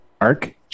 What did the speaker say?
arc